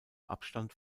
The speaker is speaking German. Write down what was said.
abstand